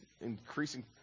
increasing